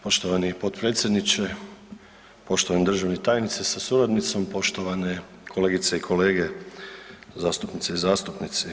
Poštovani potpredsjedniče, poštovani državni tajniče sa suradnicom, poštovane kolegice i kolege, zastupnice i zastupnici.